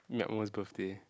Miao-Wen's birthday